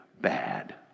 bad